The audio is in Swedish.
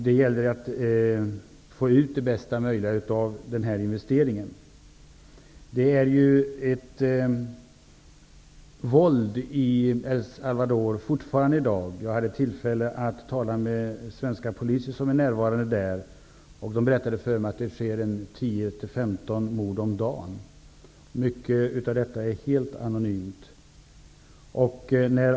Det gäller att få ut det bästa möjliga av den investeringen. Det finns ju fortfarande ett våld i El Salvador i dag. Jag hade tillfälle att tala med svenska poliser som är där. De berättade för mig att det sker 10--15 mord om dagen. Mycket av detta är helt anonymt.